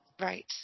Right